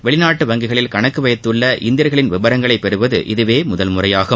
வெளிநாட்டு வங்கிகளில் கணக்கு வைத்துள்ள இந்தியர்களின் விவரங்களை பெறுவது இதுவே முதல்முறையாகும்